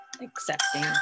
accepting